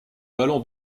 vallon